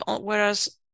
whereas